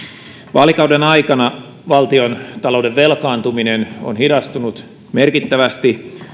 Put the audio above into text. vaalikauden aikana valtiontalouden velkaantuminen on hidastunut merkittävästi